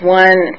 one